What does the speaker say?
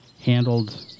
handled